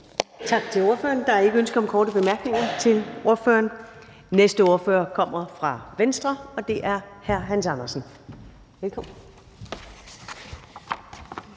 Tak til ordføreren. Der er ikke ønsker om korte bemærkninger til ordføreren. Den næste ordfører kommer fra Venstre, og det er hr. Hans Andersen. Velkommen.